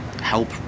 help